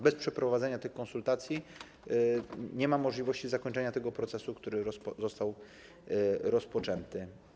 Bez przeprowadzenia tych konsultacji nie ma możliwości zakończenia tego procesu, który został rozpoczęty.